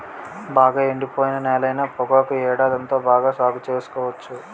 బాగా ఎండిపోయిన నేలైన పొగాకు ఏడాదంతా బాగా సాగు సేసుకోవచ్చు